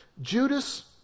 Judas